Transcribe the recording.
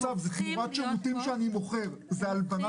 הבריאות בזה שהוא הסכים לקחת את זה על עצמו.